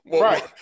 Right